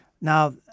Now